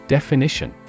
Definition